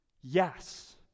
Yes